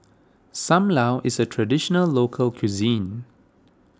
Sam Lau is a Traditional Local Cuisine